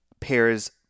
pairs